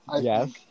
yes